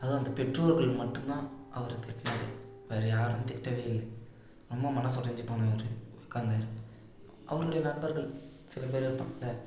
அதுவும் அந்த பெற்றோர்கள் மட்டுந்தான் அவரை திட்டினதே வேற யாரும் திட்டவே இல்லை ரொம்ப மனசு உடைஞ்சி போனவர் உட்காந்தாரு அவருடைய நண்பர்கள் சில பேரு இருப்பாங்கள்ல